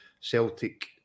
Celtic